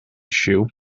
shoe